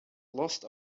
lost